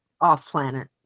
off-planet